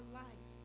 life